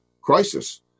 crisis